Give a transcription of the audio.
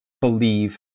believe